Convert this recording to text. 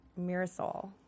Mirasol